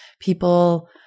people